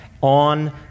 on